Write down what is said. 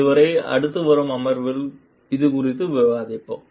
அதுவரை அடுத்துவரும் அமர்வில் இதுகுறித்து விவாதிப்போம்